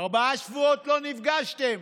ארבעה שבועות לא נפגשתם.